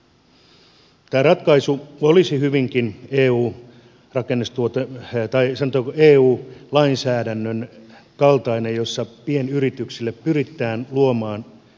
tämä ratkaisu olisi hyvinkin eu rakennustuote ja herttaisen touhu eun lainsäädännön kaltainen jossa pienyrityksille pyritään luomaan helpompia vaihtoehtoja